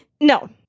No